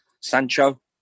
Sancho